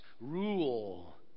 rule